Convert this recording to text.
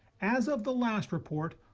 as of the last report,